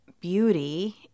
beauty